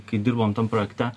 kai dirbom tam projekte